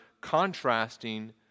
contrasting